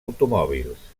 automòbils